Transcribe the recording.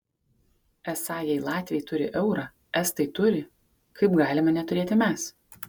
esą jei latviai turi eurą estai turi kaip galime neturėti mes